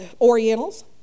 Orientals